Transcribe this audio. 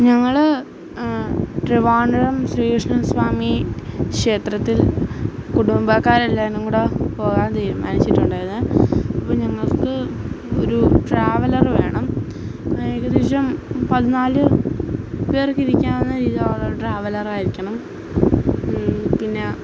ഞങ്ങള് ട്രിവാൻഡ്രം ശ്രീകൃഷ്ണസ്വാമിക്ഷേത്രത്തിൽ കുടുമ്പക്കാരെല്ലാവരും കൂടെ പോകാൻ തീരുമാനിച്ചിട്ടുണ്ടായിരുന്നെ അപ്പം ഞങ്ങൾക്ക് ഒരു ട്രാവലറ് വേണം ഏകദേശം പതിനാല്പേർക്ക് ഇരിക്കാവുന്ന രീതിയിലുള്ള ട്രാവലറ് ആയിരിക്കണം പിന്നെ